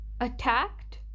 attacked